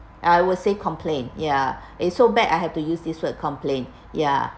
I will say complain ya it's so bad I have to use this word complain ya